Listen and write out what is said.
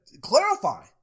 clarify